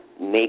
make